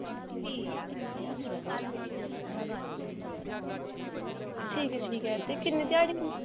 ठीक ऐ ठीक ऐ ते किन्नी ध्याड़ी